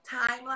timeline